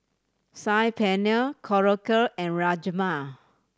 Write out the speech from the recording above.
Saag Paneer Korokke and Rajma